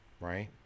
right